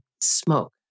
smoke